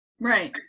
Right